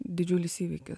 didžiulis įvykis